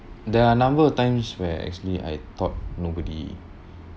there are number of times where actually I thought nobody